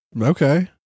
Okay